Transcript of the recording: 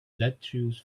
detritus